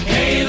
Hey